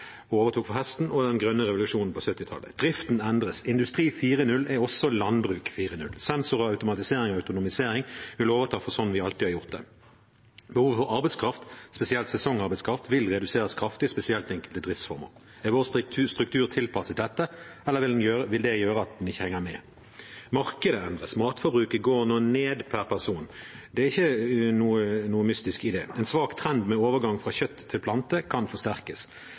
overtok for hesten, og den grønne revolusjonen på 1970-tallet. Driften endres. Industri 4.0 er også landbruk 4.0. Sensorer, automatisering og autonomisering vil overta for sånn vi alltid har gjort det. Behovet for arbeidskraft, spesielt sesongarbeidskraft, vil reduseres kraftig, spesielt i enkelte driftsformer. Er vår struktur tilpasset dette, eller vil det gjøre at den ikke henger med? Markedet endres, matforbruket går nå ned per person. Det er ikke noe mystisk i det. En svak trend med overgang fra kjøtt til plante kan forsterkes.